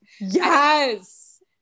yes